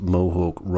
Mohawk